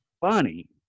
funny